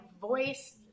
voice